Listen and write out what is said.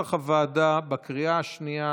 כנוסח הוועדה בקריאה השנייה.